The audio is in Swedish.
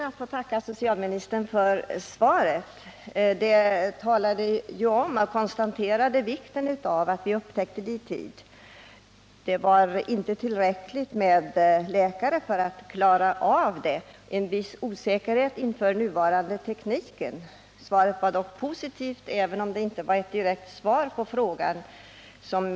Herr talman! Jag ber att få tacka statsrådet för svaret. Där konstaterades vikten av att man upptäcker symtom på grön starr i tid, att det inte finns tillräckligt med läkare för att klara detta och att det råder en viss osäkerhet om nuvarande teknik. Svaret var dock positivt, även om det inte var ett direkt svar på den fråga jag ställde.